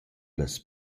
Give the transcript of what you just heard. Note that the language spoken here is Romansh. las